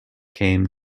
came